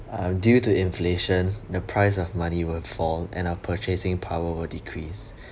um due to inflation the price of money will fall and our purchasing power will decrease